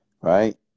right